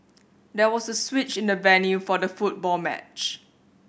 there was a switch in the venue for the football match